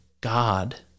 God